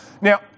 Now